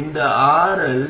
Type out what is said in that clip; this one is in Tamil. இந்த RL இல்லை